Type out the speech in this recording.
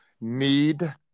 need